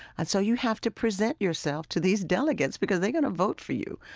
and so you have to present yourself to these delegates, because they're going to vote for you.